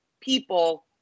people